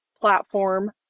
platform